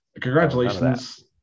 congratulations